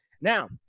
Now